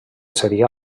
seria